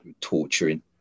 torturing